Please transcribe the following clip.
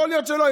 יכול להיות שלא.